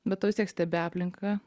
bet tu vis tiek stebi aplinką